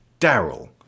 Daryl